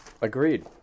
Agreed